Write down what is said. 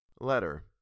Letter